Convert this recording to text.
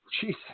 Jesus